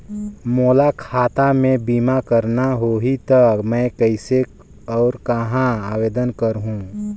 मोला खाता मे बीमा करना होहि ता मैं कइसे और कहां आवेदन करहूं?